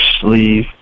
sleeve